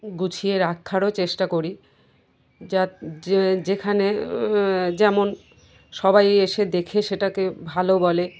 গুছিয়ে রাখারও চেষ্টা করি যেখানে যেমন সবাই এসে দেখে সেটাকে ভালো বলে